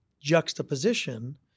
juxtaposition